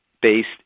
based